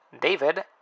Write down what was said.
David